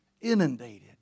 inundated